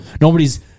nobody's